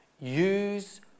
use